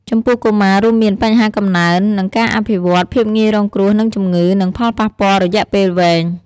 ចំពោះកុមារ រួមមាន បញ្ហាកំណើន និងការអភិវឌ្ឍន៍ ភាពងាយរងគ្រោះនឹងជំងឺ និងផលប៉ះពាល់រយៈពេលវែង។